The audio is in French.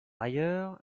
ailleurs